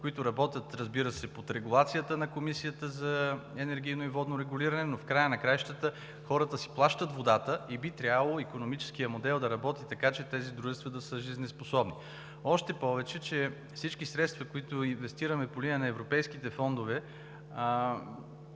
които работят, разбира се, под регулацията на Комисията за енергийно и водно регулиране. В края на краищата хората си плащат водата и би трябвало икономическият модел да работи така, че тези дружества да са жизнеспособни. Още повече че всички средства, които инвестираме по линия на европейските фондове,